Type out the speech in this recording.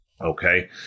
okay